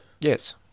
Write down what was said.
Yes